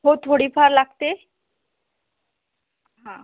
हो थोडीफार लागते हां